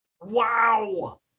Wow